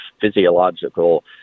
physiological